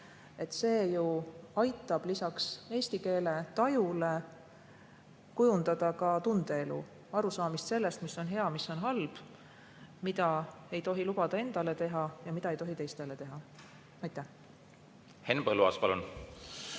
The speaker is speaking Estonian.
See ju aitab lisaks eesti keele tajule kujundada ka tundeelu, arusaamist sellest, mis on hea, mis on halb, mida ei tohi lubada endale teha ja mida ei tohi teistele teha. Suur tänu! Kahjuks